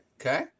okay